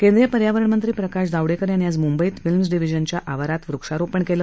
केंद्रीय पर्यावरणमंत्री प्रकाश जावडेकर यांनी आज मंंबईत फिल्म्स डिव्हिजनच्या आवारात वृक्षारोपण केलं